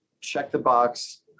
check-the-box